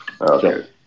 Okay